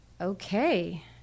Okay